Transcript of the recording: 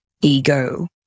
ego